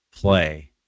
play